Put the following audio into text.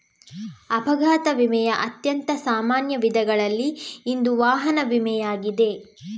ಅಪಘಾತ ವಿಮೆಯ ಅತ್ಯಂತ ಸಾಮಾನ್ಯ ವಿಧಗಳಲ್ಲಿ ಇಂದು ವಾಹನ ವಿಮೆಯಾಗಿದೆ